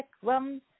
one